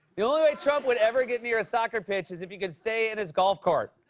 the only way trump would ever get near a soccer pitch is if he could stay in his golf cart.